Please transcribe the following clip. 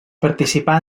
participà